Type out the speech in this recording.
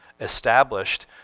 established